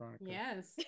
yes